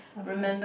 okay